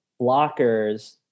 blockers